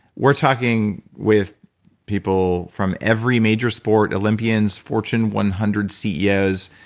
we're talking with people from every major sport, olympians, fortune one hundred ceos,